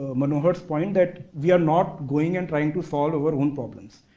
ah monohot's point that we are not going and trying to solve our own problems.